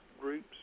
groups